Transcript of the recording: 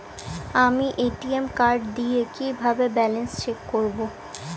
আমি ATM card দিয়ে কিভাবে ব্যালেন্স চেক করব?